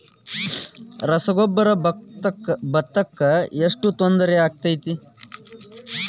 ರಸಗೊಬ್ಬರ, ಭತ್ತಕ್ಕ ಎಷ್ಟ ತೊಂದರೆ ಆಕ್ಕೆತಿ?